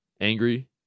angry